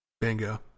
Bingo